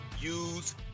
use